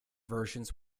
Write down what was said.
versions